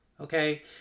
Okay